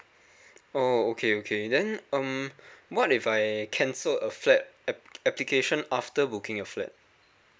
oh okay okay then um what if I cancelled a flat application after booking a flat